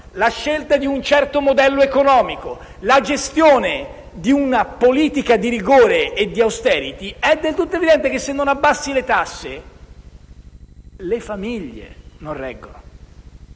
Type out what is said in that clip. la scelta di un certo modello economico e la gestione di una politica di rigore e di *austerity*, è del tutto evidente che le famiglie non reggono.